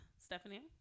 Stephanie